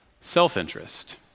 self-interest